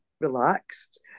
relaxed